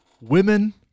Women